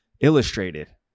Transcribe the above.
illustrated